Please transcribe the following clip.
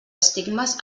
estigmes